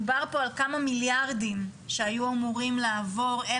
מדובר פה על כמה מיליארדים שהיו אמורים לעבור אל